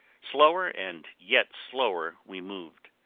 slower and yet slower we moved,